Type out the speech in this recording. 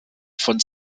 von